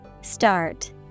Start